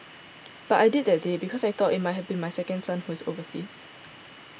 but I did that day because I thought it might have been my second son who is overseas